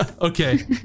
Okay